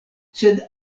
sed